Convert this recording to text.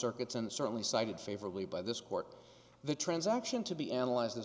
circuits and certainly cited favorably by this court the transaction to be analyzed is